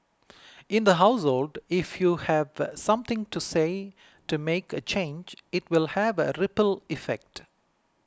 in the household if you've something to say to make a change it will have a ripple effect